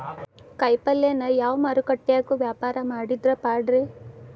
ಕಾಯಿಪಲ್ಯನ ಯಾವ ಮಾರುಕಟ್ಯಾಗ ವ್ಯಾಪಾರ ಮಾಡಿದ್ರ ಪಾಡ್ರೇ?